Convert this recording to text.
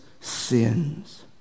sins